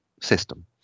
system